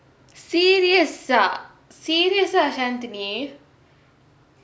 serious ah serious ah shantini